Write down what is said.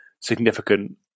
significant